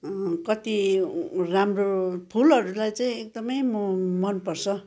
कति राम्रो फुलहरूलाई चाहिँ एकदमै म मनपर्छ